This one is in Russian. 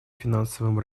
финансовым